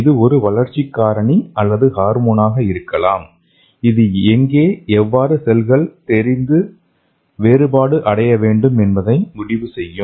இது ஒரு வளர்ச்சிக் காரணி அல்லது ஹார்மோனாக இருக்கலாம் இது எங்கே எவ்வாறு செல்கள் தெரிந்து வேறுபாடு அடையவேண்டும் என்பதை முடிவு செய்யும்